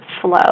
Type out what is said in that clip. flow